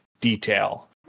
detail